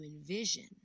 envision